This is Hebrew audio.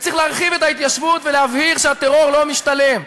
וצריך להרחיב את ההתיישבות ולהבהיר שהטרור לא משתלם.